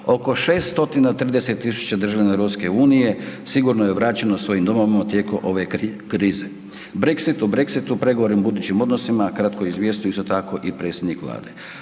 Oko 630.000 državljana ruske unije sigurno je vraćeno svojim domovima tijekom ove krize. Brexit, o Brexitu pregovorima o budućim odnosima kratko je izvijestio isto tako i predsjednik Vlade.